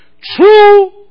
True